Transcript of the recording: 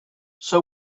sir